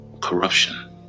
Corruption